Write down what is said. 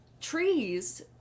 trees